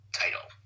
title